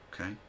okay